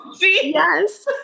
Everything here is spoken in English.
Yes